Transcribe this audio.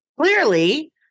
clearly